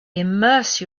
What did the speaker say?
immerse